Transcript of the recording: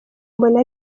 mbona